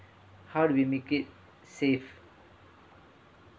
how do we make it safe